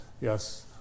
Yes